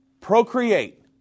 procreate